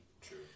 True